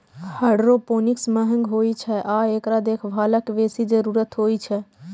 hydroponics महंग होइ छै आ एकरा देखभालक बेसी जरूरत होइ छै